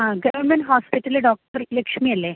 ആ ഗവണ്മെൻറ്റ് ഹോസ്പിറ്റലിലെ ഡോക്ടർ ലക്ഷ്മി അല്ലേ